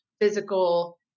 physical